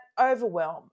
overwhelm